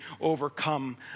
overcome